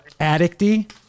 addicty